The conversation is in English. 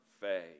faith